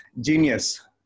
genius